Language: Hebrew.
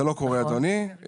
זה לא קורה, אדוני.